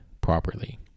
properly